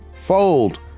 fold